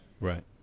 right